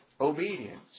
obedience